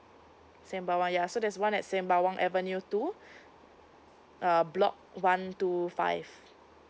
sembawang ya so there's one at sembawang avenue two err block one two five